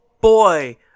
boy